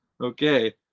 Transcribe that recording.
okay